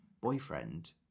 boyfriend